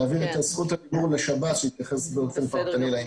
להעביר את זכות הדיבור לשב"ס שיתייחס באופן פרטני לעניין.